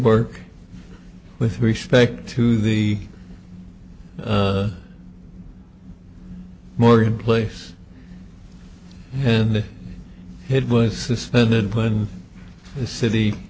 work with respect to the morgan place and it was suspended putting the city